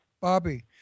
Bobby